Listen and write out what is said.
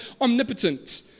omnipotent